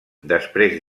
després